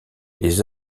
les